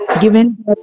given